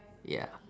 ya